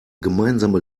gemeinsame